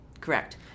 Correct